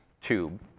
tube